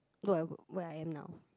look at where I am now